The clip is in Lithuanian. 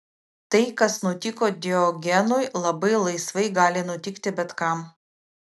tai kas nutiko diogenui labai laisvai gali nutikti bet kam